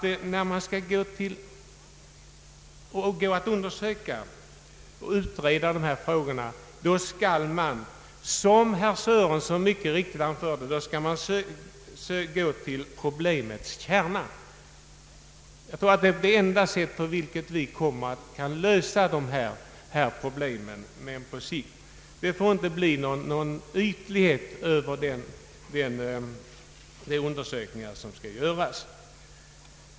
När man skall undersöka och utreda dessa frågor anser jag alltså att man, som herr Sörenson mycket riktigt anförde, skall gå till problemets kärna. Jag tror att det är det enda sätt på vilket vi kan lösa problemet på sikt. De undersökningar som skall göras får inte vara ytliga.